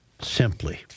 simply